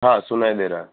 હા સુનાઈ દે રહા હૈ